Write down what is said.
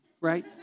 right